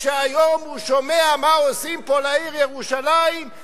כשהיום הוא שומע מה עושים פה לעיר ירושלים,